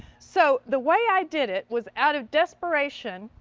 so the way i did it was out of desperation,